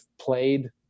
played